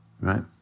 right